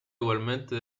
igualmente